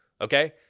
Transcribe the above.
okay